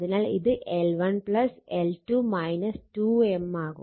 അതിനാൽ ഇത് L1 L2 2 M ആവും